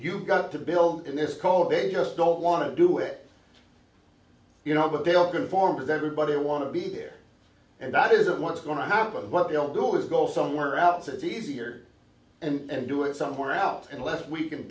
you've got to build in this call they just don't want to do it you know a bale conforms everybody want to be there and that isn't what's going to happen what they'll do is go somewhere else it's easier and do it somewhere else unless we can